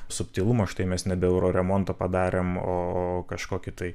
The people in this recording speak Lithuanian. subtilumo štai mes nebe euroremontą padarėm o o kažkokį tai